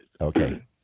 Okay